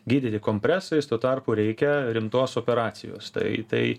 gydyti kompresais tuo tarpu reikia rimtos operacijos tai tai